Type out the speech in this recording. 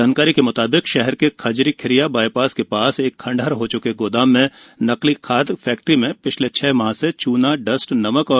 जानकारी के मुताबिक शहर के खजरी खिरिया बायपास के पास एक खंडहर हो च्के गोदाम में नकली खाद फैक्टरी में पिछले छह महीने से चूना डस्ट नमक